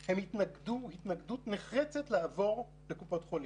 אגב, ממתי זכות הערעור הזאת קיימת?